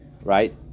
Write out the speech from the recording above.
right